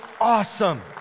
awesome